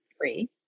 three